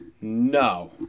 No